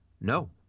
No